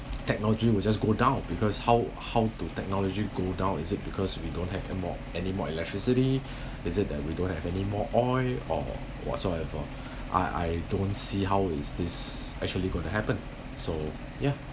technology will just go down because how how do technology go down is it because we don't have anymore anymore electricity is it that we don't have any more oil or whatsoever I I don't see how is this actually going to happen so ya